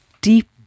deep